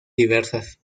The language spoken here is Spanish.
diversas